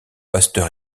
pasteur